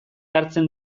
hartzen